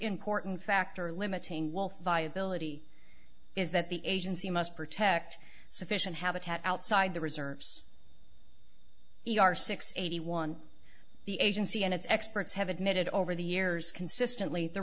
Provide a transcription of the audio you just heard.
important factor limiting wealth viability is that the agency must protect sufficient habitat outside the reserves e r six eighty one the agency and its experts have admitted over the years consistently the